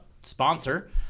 sponsor